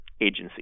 agency